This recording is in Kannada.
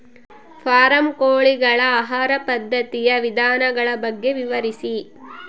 ಫಾರಂ ಕೋಳಿಗಳ ಆಹಾರ ಪದ್ಧತಿಯ ವಿಧಾನಗಳ ಬಗ್ಗೆ ವಿವರಿಸಿ?